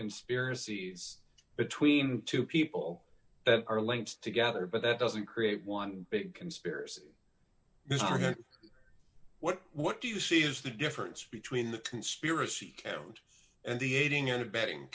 conspiracies between two people that are linked together but that doesn't create one big conspiracy mystery what what do you see is the difference between the conspiracy count and the aiding and abetting